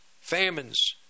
famines